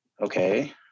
Okay